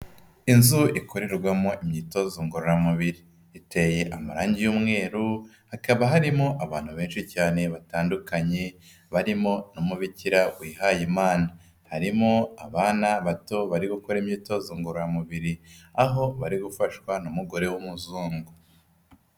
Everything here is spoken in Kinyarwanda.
Inzu ikorerwamo imyitozo ngororamubiri, iteye amarangi y'umweru, hakaba harimo abantu benshi cyane batandukanye barimo n'umubikira wihaye Imana, harimo abana bato bari gukora imyitozo ngororamubiri, aho bari gufashwa n'umugore w'umuzungu.